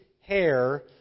hair